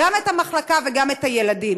גם את המחלקה וגם את הילדים.